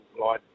light